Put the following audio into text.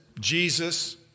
Jesus